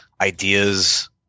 ideas